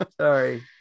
Sorry